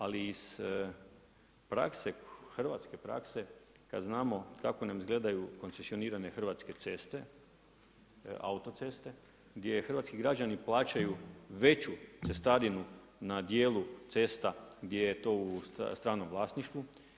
Ali iz prakse, hrvatske prakse kada znamo kako nam izgledaju koncesionirane hrvatske ceste, autoceste gdje hrvatski građani plaćaju veću cestarinu na dijelu cesta gdje je to u stranom vlasništvu.